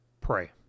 pray